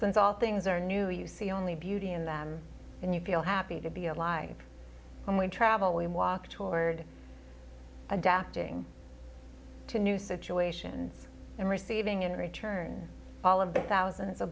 since all things are new you see only beauty in that and you feel happy to be alive when we travel we walk toward adapting to new situations and receiving in return all of the thousand it's a